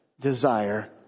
desire